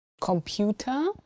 computer